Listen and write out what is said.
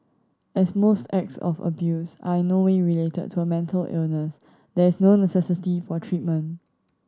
as most acts of abuse are in no way related to a mental illness there is no necessity for treatment